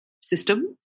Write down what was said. system